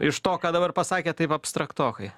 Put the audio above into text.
iš to ką dabar pasakėt taip abstraktokai